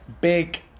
Big